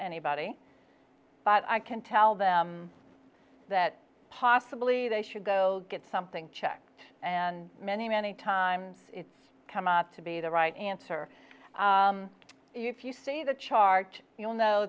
anybody but i can tell them that possibly they should go get something checked and many many times it's come out to be the right answer if you see the chart you'll know